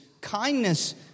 kindness